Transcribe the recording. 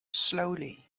slowly